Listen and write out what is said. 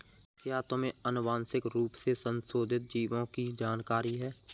क्या तुम्हें आनुवंशिक रूप से संशोधित जीवों की जानकारी है?